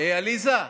עליזה,